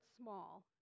small